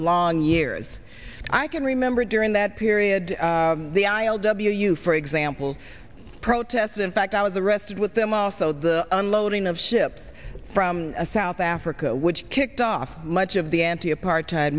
long years i can remember during that period the i o w for example protests in fact i was arrested with them also the unloading of ships from south africa which kicked off much of the anti apart